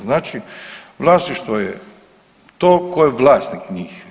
Znači vlasništvo je to tko je vlasnik njih.